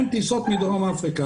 אין טיסות מדרום אפריקה.